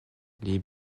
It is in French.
les